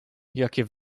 jakie